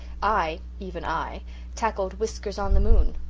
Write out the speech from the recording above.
i even i tackled whiskers-on-the-moon.